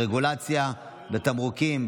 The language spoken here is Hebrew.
הרגולציה בתמרוקים,